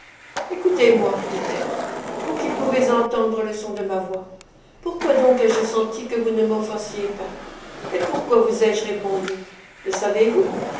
écoutez-moi dit-elle vous qui pouvez entendre le son de ma voix pourquoi donc ai-je senti que vous ne m'offensiez pas et pourquoi vous ai-je répondu le savez-vous